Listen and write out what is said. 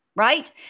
Right